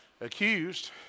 accused